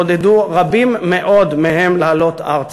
ועודדו רבים מאוד מהם לעלות ארצה.